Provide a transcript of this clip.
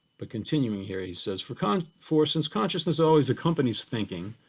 but continuing here, he says for kind of for since consciousness always accompanies thinking,